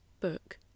book